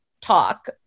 talk